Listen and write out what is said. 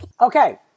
okay